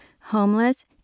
homeless